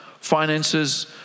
finances